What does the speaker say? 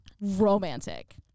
romantic